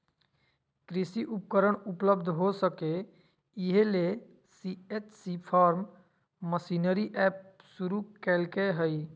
कृषि उपकरण उपलब्ध हो सके, इहे ले सी.एच.सी फार्म मशीनरी एप शुरू कैल्के हइ